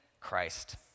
Christ